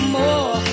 more